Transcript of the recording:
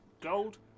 Gold